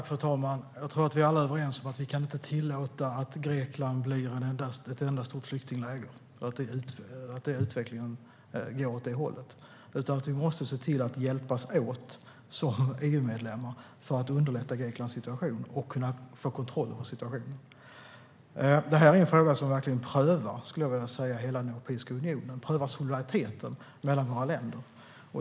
Fru talman! Jag tror att vi alla är överens om att vi inte kan tillåta att Grekland blir ett enda stort flyktingläger och att utvecklingen går åt det hållet. Vi måste se till att hjälpas åt som EU-medlemmar för att underlätta Greklands situation och kunna få kontroll över situationen. Detta är en fråga som verkligen prövar hela Europeiska unionen och solidariteten mellan våra länder.